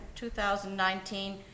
2019